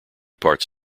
parts